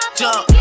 jump